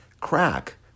Crack